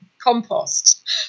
compost